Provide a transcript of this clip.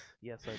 yes